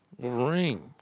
Wolverine